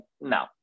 no